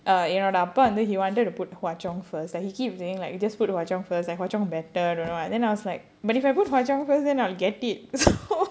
என்னோட அப்பா வந்து:ennoda appa vandhu he wanted to put hwa chong first like he keep saying like just put hwa chong first like hwa chong better don't know what then I was like but if I put hwa chong first then I'll get it ya so